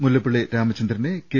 മുല്ലപ്പള്ളി രാമചന്ദ്രനെ കെ